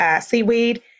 seaweed